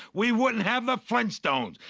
we wouldn't have the flintstones.